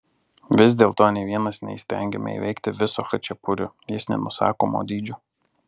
vis dėlto nė vienas neįstengiame įveikti viso chačapurio jis nenusakomo dydžio